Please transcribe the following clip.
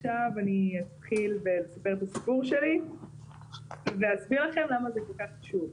עכשיו אני אתחיל בלספר את הסיפור שלי ואסביר לכם למה זה כל כך חשוב.